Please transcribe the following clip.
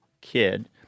kid